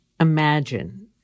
imagine